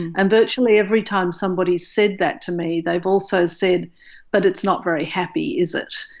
and virtually every time somebody's said that to me, they've also said that it's not very happy, is it?